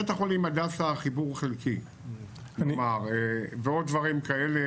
בית החולים הדסה, חיבור חלקי, ועוד דברים כאלה.